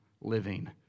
living